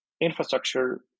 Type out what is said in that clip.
Infrastructure